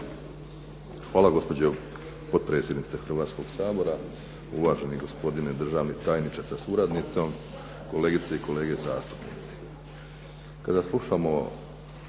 Hvala gospođo potpredsjednice Hrvatskog sabora, uvaženi gospodine državni tajniče sa suradnicom, kolegice i kolege zastupnici.